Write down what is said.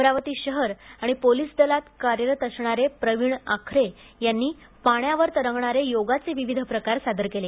अमरावती शहर पोलिस दलात कार्यरत असणारे प्रवीण आखरे यांनी पाण्यावर तरंगत करण्याचे योगाचे विविध प्रकार सादर केले